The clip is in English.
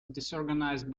disorganized